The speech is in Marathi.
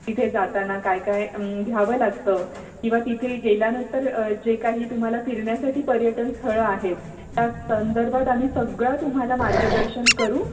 तिथे जाताना काय काय घ्यावं लागतं किंवा तिथे गेल्यानंतर जे काही तुम्हाला फिरण्यासाठी पर्यटन स्थळं आहेत त्या संदर्भात आम्ही सगळं तुम्हाला मार्गदर्शन करू